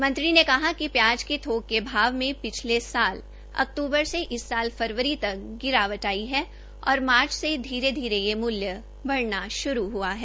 मंत्री ने कहा कि प्याज के थोक के भाव में पिछले अक्तूबर से इस साल फरवरी तक गिरावट आई है और मार्च से धीरे धीरे यह मूल्य बढ़ना श्रू हुआ है